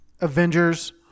Avengers